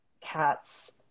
cats